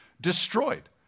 destroyed